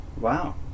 Wow